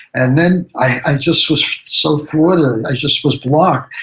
and then i just was so thwarted. i just was blocked,